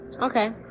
Okay